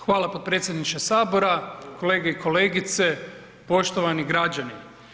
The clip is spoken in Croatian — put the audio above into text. Hvala podpredsjedniče Sabora, kolege i kolegice, poštovani građani.